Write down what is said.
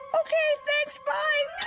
okay, thanks, bye!